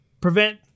prevent